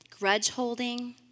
grudge-holding